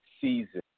season